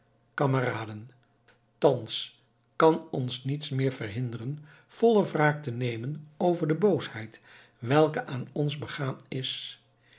kameraden thans kan ons niets meer verhinderen volle wraak te nemen over de boosheid welke aan ons begaan is